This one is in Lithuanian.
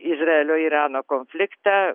izraelio irano konfliktą